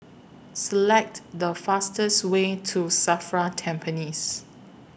Select The fastest Way to SAFRA Tampines